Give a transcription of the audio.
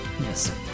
Yes